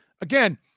again